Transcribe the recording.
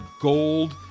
gold